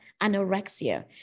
Anorexia